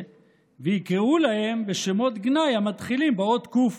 ויקראו להם בשמות גנאי המתחילים באות ק'.